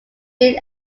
both